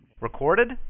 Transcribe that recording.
Recorded